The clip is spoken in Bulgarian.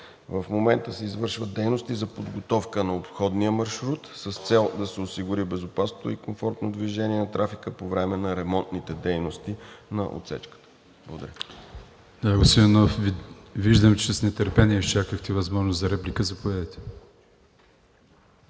В момента се извършват дейности за подготовка на обходния маршрут с цел да се осигури безопасното и комфортно движение на трафика по време на ремонтните дейности на отсечката. Благодаря. ПРЕДСЕДАТЕЛ АТАНАС АТАНАСОВ: Господин Иванов, виждам, че с нетърпение изчакахте възможността за реплика. Заповядайте.